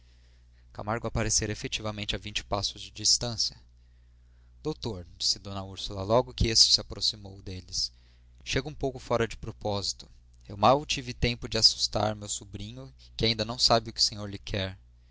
camargo aparecera efetivamente a vinte passos de distância doutor disse d úrsula logo que este se aproximou deles chega um pouco fora de propósito eu mal tive tempo de assustar meu sobrinho que ainda não sabe o que o senhor lhe quer